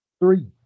Three